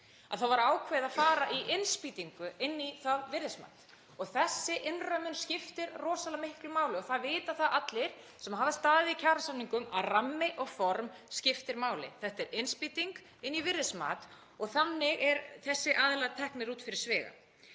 þá var ákveðið að fara í innspýtingu inn í virðismatið. Þessi innrömmun skiptir rosalega miklu máli og það vita það allir sem hafa staðið í kjarasamningum að rammi og form skiptir máli. Þetta er innspýting inn í virðismat og þannig eru þessir aðilar teknir út fyrir sviga.